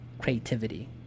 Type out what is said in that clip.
creativity